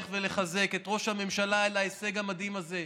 ולחזק את ראש הממשלה על ההישג המדהים הזה,